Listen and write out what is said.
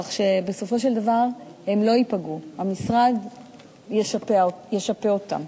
כך שבסופו של דבר הם לא ייפגעו, המשרד ישפה אותם.